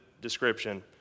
description